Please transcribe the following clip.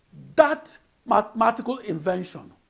that mathematical invention